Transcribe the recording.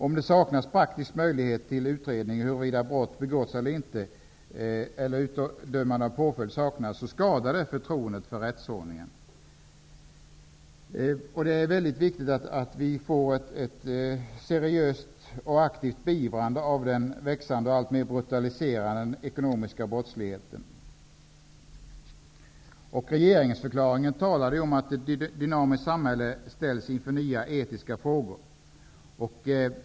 Om praktisk möjlighet till utredning hur vida brott begåtts eller till utdömande av påföljd saknas, skadas förtroendet för rättsordningen. Det är därför utomordentligt viktigt att vi får ett seriöst beivrande av den växande och alltmer brutaliserande ekonomiska brottsligheten. I regeringsförklaringen sägs: ''Ett dynamiskt samhälle ställs inför nya etiska frågor.